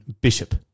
bishop